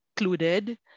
included